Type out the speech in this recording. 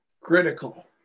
Critical